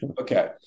Okay